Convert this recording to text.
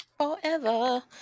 Forever